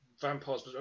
vampires